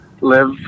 live